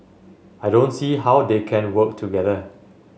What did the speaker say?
I don't see how they can work together